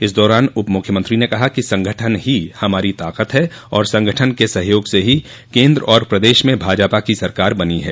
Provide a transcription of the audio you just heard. इस दौरान उपमुख्यमंत्री ने कहा कि संगठन ही हमारी ताकत है और संगठन के सहयोग से ही केन्द्र और प्रदेश में भाजपा की सरकार बनी है